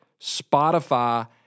Spotify